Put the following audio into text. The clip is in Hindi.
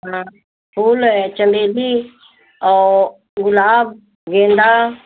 हाँ फूल चमेली और गुलाब गेंदा